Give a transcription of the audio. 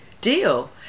deal